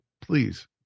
please